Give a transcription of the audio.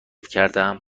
کردهام